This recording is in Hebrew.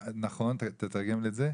נכון, תתרגם את זה.